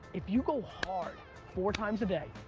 if you go hard four times a day,